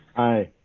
aye,